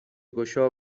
گشا